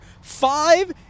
five